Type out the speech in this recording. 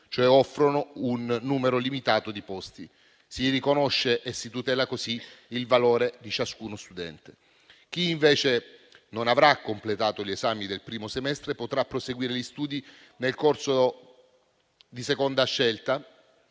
cioè offre un numero limitato di posti. Si riconosce e si tutela così il valore di ciascuno studente. Chi, invece, non avrà completato gli esami del primo semestre potrà proseguire gli studi nel corso di seconda scelta,